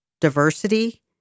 diversity